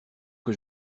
que